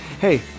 Hey